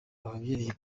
ababyeyi